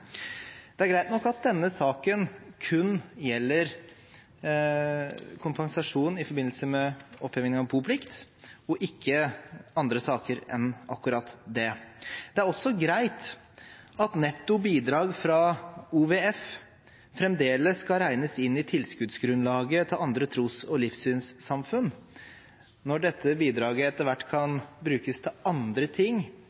Det er greit nok at denne saken kun gjelder kompensasjon i forbindelse med oppheving av boplikt, og ikke andre saker enn akkurat det. Det er også greit at netto bidrag fra OVF fremdeles skal regnes inn i tilskuddsgrunnlaget til andre tros- og livssynssamfunn, når dette bidraget etter hvert kan brukes til andre ting